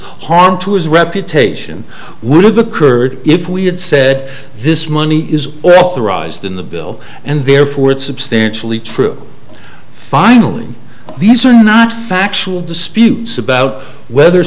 harm to his reputation would have occurred if we had said this money is authorized in the bill and therefore it's substantially true finally these are not factual disputes about whether